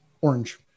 Orange